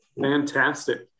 Fantastic